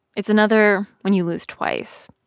it's another when you lose twice.